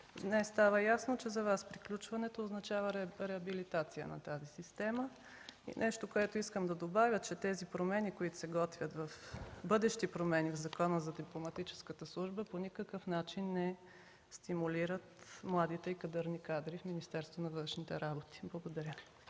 Днес стана ясно, че за Вас приключването означава реабилитация на тази система. И нещо, което искам да добавя, че тези бъдещи промени, които се готвят в Закона за дипломатическата служба, по никакъв начин не стимулират младите и кадърни кадри в Министерство на външните работи. Благодаря.